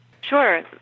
Sure